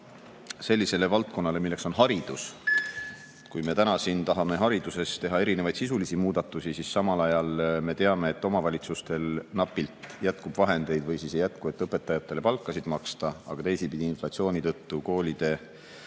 sellisele valdkonnale nagu haridus. Kui me täna siin tahame hariduses teha erinevaid sisulisi muudatusi, siis samal ajal me teame, et omavalitsustel napilt jätkub vahendeid või siis ei jätku, et õpetajatele palka maksta. Aga teisipidi inflatsiooni tõttu koolide